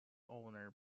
owner